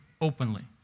openly